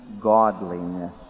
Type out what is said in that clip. godliness